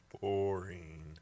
Boring